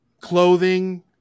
clothing